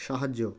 সাহায্য